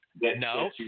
No